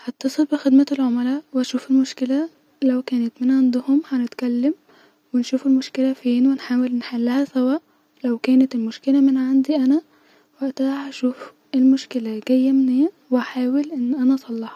هتصل بخدمه العملي وهشوف المشكله لو كانت من عندهم هنتكلم ونشوف المشكله فين ونحاول نحلها سوا-لو كانت المشكله من عندي انا-واقتها هشوف المكشله جايه منين واحاول ان انا اصلحها